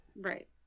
right